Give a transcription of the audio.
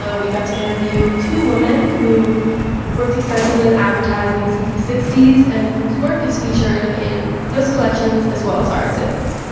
so we got to interview two women who worked extensively in advertising since the sixty s and whose work is featured in those collections as well as our exhibits.